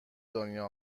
دنیا